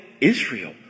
Israel